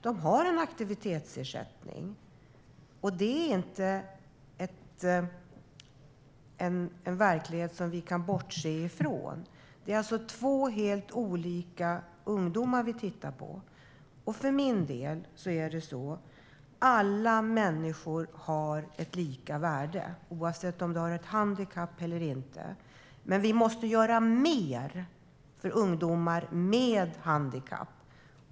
De har en aktivitetsersättning, och det är inte en verklighet som vi kan bortse från. Det är alltså två helt olika grupper av ungdomar ni tittar på. För min del anser jag att alla människor har ett lika värde, oavsett om de har ett handikapp eller inte. Men vi måste göra mer för ungdomar med handikapp.